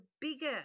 bigger